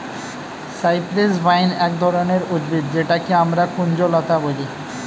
cypress vine এক ধরনের উদ্ভিদ যেটাকে আমরা কুঞ্জলতা বলি